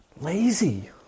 lazy